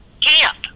camp